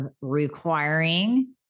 requiring